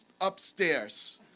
upstairs